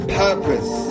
purpose